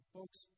Folks